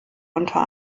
unter